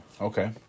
Okay